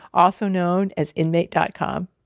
also known as inmate dot com.